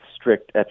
strict